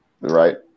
Right